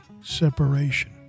separation